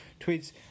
tweets